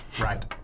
Right